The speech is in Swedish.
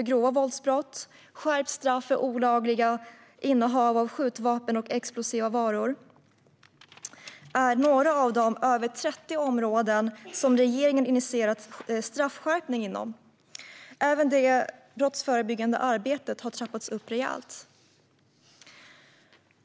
Grova våldsbrott och olagligt innehav av skjutvapen och explosiva varor är några av de över 30 områden som regeringen initierat straffskärpning inom. Även det brottsförebyggande arbetet har trappats upp rejält.